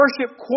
worship